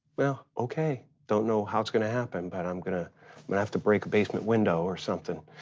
well, okay, don't know how it's gonna happen, but i'm gonna but have to break a basement window or something.